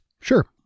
Sure